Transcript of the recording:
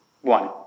One